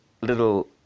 little